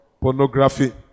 pornography